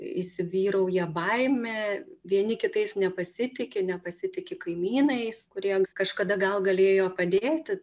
įsivyrauja baimė vieni kitais nepasitiki nepasitiki kaimynais kurie kažkada gal galėjo padėti